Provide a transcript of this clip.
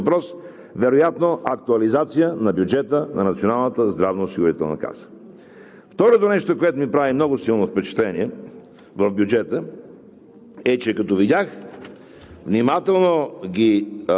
спешно ще трябва да се прави – аз тук искам да чуя мнението на професор Салчев по този въпрос, вероятно актуализация на бюджета на Националната здравноосигурителна каса. Второто нещо, което ми прави много силно впечатление в бюджета,